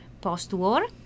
post-war